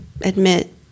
admit